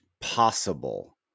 possible